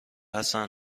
حسن